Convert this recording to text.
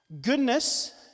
goodness